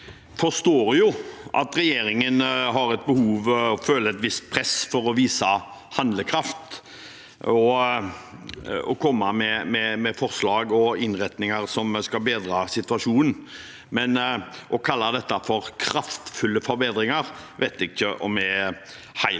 forstår at regje- ringen har et behov for, og føler et visst press for, å vise handlekraft og å komme med forslag og innretninger som skal bedre situasjonen, men å kalle dette for kraftfulle forbedringer vet jeg ikke om står helt